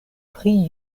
pri